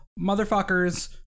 motherfuckers